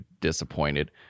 disappointed